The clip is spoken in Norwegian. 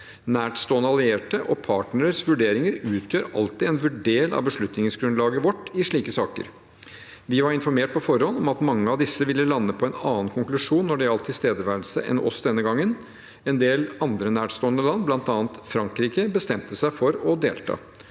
Nærstående allierte og partneres vurderinger utgjør alltid en del av beslutningsgrunnlaget vårt i slike saker. Vi var informert på forhånd om at mange av disse denne gangen ville lande på en annen konklusjon enn oss når det gjaldt tilstedeværelse. En del andre nærstående land, bl.a. Frankrike, bestemte seg for å delta.